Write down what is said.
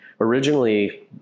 originally